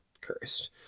cursed